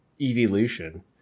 evolution